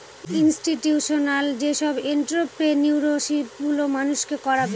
institutional যেসব entrepreneurship গুলো মানুষকে করাবে